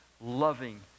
loving